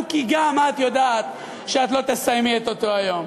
כי גם את יודעת שאת לא תסיימי את אותו היום?